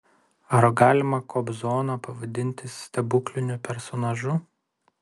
ar galima kobzoną pavadinti stebukliniu personažu